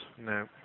No